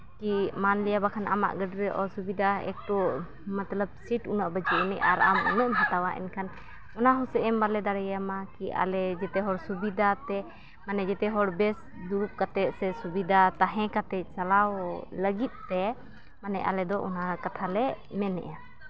ᱠᱤ ᱢᱟᱱᱞᱤᱭᱟ ᱵᱟᱠᱷᱟᱱ ᱟᱢᱟᱜ ᱜᱟᱹᱰᱤᱨᱮ ᱚᱥᱩᱵᱤᱫᱟ ᱮᱠᱴᱩ ᱢᱚᱛᱞᱚᱵ ᱥᱤᱴ ᱩᱱᱟᱹᱜ ᱵᱟᱹᱪᱩᱜ ᱟᱹᱱᱤᱡ ᱟᱨ ᱟᱢ ᱩᱱᱟᱹᱜ ᱮᱢ ᱦᱟᱛᱟᱣᱟ ᱮᱱᱠᱷᱟᱱ ᱚᱱᱟ ᱦᱚᱸᱥᱮ ᱮᱢ ᱵᱟᱞᱮ ᱫᱟᱲᱮᱭᱟᱢᱟ ᱠᱤ ᱟᱞᱮ ᱡᱚᱛᱚ ᱦᱚᱲ ᱥᱩᱵᱤᱫᱟᱛᱮ ᱢᱟᱱᱮ ᱡᱮᱛᱮ ᱦᱚᱲ ᱵᱮᱥᱛᱮ ᱫᱩᱲᱩᱵ ᱠᱟᱛᱮᱫ ᱥᱮ ᱥᱩᱵᱤᱫᱟ ᱛᱟᱦᱮᱸ ᱠᱟᱛᱮᱫ ᱪᱟᱞᱟᱣ ᱞᱟᱹᱜᱤᱫᱛᱮ ᱢᱟᱱᱮ ᱟᱞᱮ ᱫᱚ ᱚᱱᱟ ᱠᱟᱛᱷᱟᱞᱮ ᱢᱮᱱᱮᱜᱼᱟ